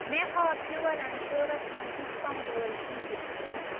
مےٚ ہاو pure and شورس مَنٛز ڈسکاونٛٹ وٲلۍ چیٖز